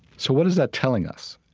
so what is that telling us?